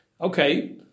Okay